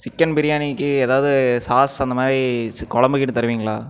chicken பிரியாணிக்கு ஏதாவது sauce அந்தமாதிரி குழம்பு கேட்டால் தருவீங்களா